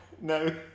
No